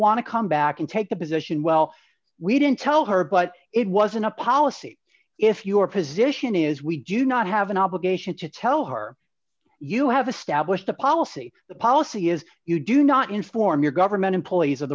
want to come back and take the position well we didn't tell her but it wasn't a policy if your position is we do not have an obligation to tell her you have a stablished a policy the policy is you do not inform your government employees